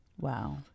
Wow